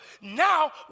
Now